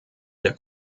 der